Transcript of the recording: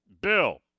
Bill